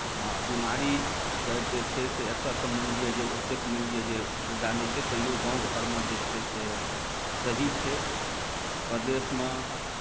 हँ बीमारीके जे छै से एतय तऽ मानि लिअ जे ओतेक मानि लिअ जे सुविधा नहि छै तैओ गाम घरमे जे छै से सही छै परदेशमे